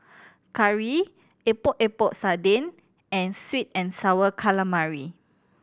curry Epok Epok Sardin and sweet and Sour Calamari